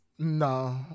No